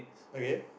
okay